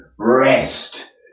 Rest